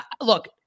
look